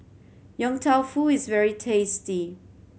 Yong Tau Foo is very tasty